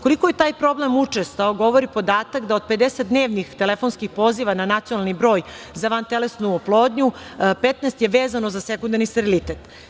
Koliko je taj problem učestao govori podatak da od 50 dnevnih telefonskih poziva na nacionalni broj za vantelesnu oplodnju 15 je vezano za sekundarni sterilitet.